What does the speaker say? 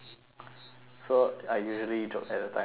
so I usually joke at the time to be serious